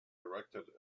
directed